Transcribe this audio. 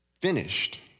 finished